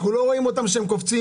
אנחנו לא רואים אותם קופצים,